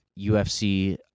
UFC